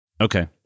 Okay